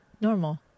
normal